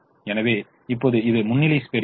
எனவே இப்போது இது முன்னிலை பெறுகிறது